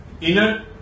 inner